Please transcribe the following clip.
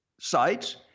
sites